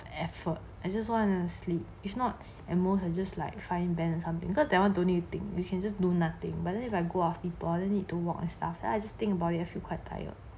effort I just wanna sleep if not at most I just like find ben or something cause that one don't need to think you can just do nothing but then if I go out meet people need to walk and stuff I just think about it I feel quite tired